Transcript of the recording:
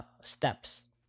steps